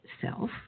self